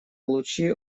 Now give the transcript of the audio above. лучи